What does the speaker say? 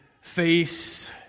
face